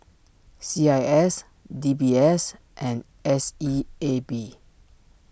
C I S D B S and S E A B